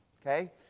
Okay